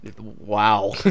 Wow